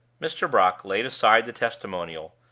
mr. brock laid aside the testimonial,